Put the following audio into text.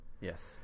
Yes